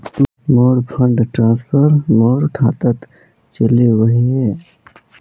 मोर fund transfer मोर खातात चले वहिये